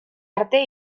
arte